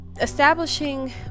establishing